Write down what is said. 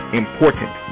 important